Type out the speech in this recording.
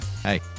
hey